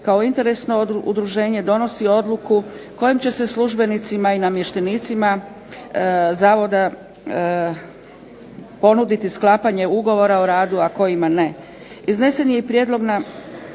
kao interesno udruženje donosi odluku kojom će se službenicima i namještenicima zavoda ponuditi sklapanje ugovora o radu, a kojima ne.